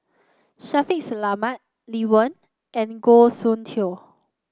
Shaffiq Selamat Lee Wen and Goh Soon Tioe